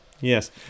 Yes